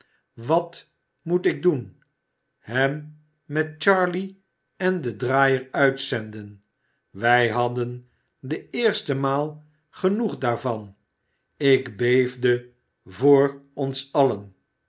wat moet ik doen hem met charley en den draaier uitzenden wij hadden de eerste maal genoeg daarvan ik beefde voor ons allen